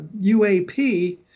UAP